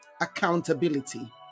Accountability